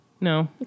No